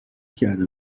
کرده